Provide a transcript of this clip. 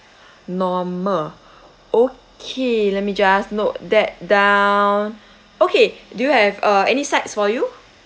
normal okay let me just note that down okay do you have uh any sides for you